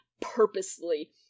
purposely